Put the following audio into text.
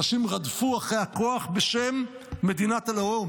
אנשים רדפו אחרי הכוח בשם מדינת הלאום.